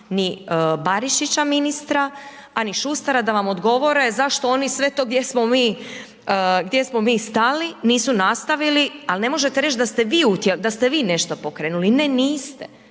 ni Barišića ministra, a ni Šustera da vam odgovore zašto oni sve to gdje smo mi, gdje smo mi stali nisu nastavili, al ne možete reći da ste vi nešto pokrenuli. Ne niste,